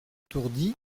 étourdi